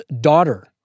daughter